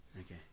Okay